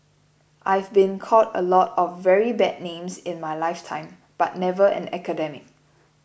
I've been called a lot of very bad names in my lifetime but never an academic